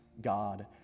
God